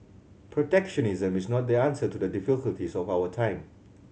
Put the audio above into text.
protectionism is not the answer to the difficulties of our time